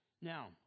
Now